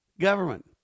government